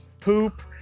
poop